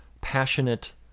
passionate